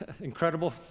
incredible